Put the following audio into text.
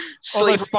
Sleep